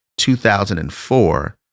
2004